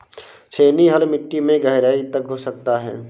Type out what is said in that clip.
छेनी हल मिट्टी में गहराई तक घुस सकता है